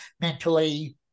mentally